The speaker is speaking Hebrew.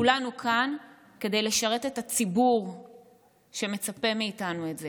כולנו כאן כדי לשרת את הציבור שמצפה מאיתנו את זה.